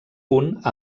punt